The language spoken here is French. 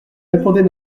répondait